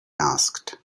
asked